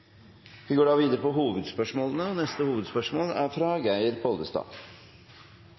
Vi går videre til neste hovedspørsmål. Vi er